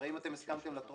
הרי אם אתם הסכמתם לטרומית,